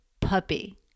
puppy